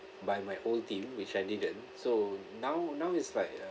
by my old team which I didn't so now now it's like uh